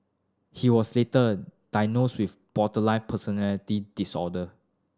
he was later diagnosed with borderline personality disorder